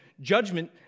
judgment